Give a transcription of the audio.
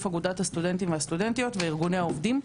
אגודת הסטודנטים והסטודנטיות וארגוני העובדים.